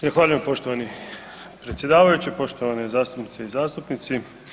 Zahvaljujem poštovani predsjedavajući, poštovane zastupnice i zastupnici.